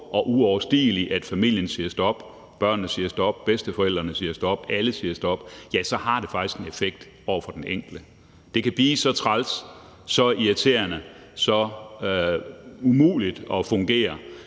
og uoverstigelige, at familien siger stop, at børnene siger stop, at bedsteforældrene siger stop, at alle siger stop, ja, så har det faktisk en effekt over for den enkelte. Det kan blive så træls, så irriterende, så umuligt at fungere